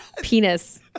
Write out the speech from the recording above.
penis